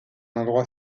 endroit